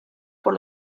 por